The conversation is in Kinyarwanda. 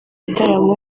gitaramo